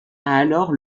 alors